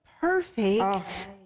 perfect